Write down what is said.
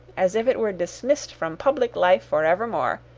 as if it were dismissed from public life for evermore